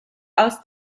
aus